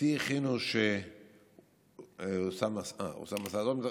אותי הכינו שאוסאמה, אה, אוסאמה סעדי.